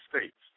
States